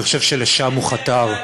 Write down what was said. אני חושב שלשם הוא חתר.